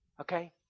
Okay